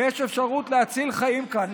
ויש אפשרות להציל חיים כאן.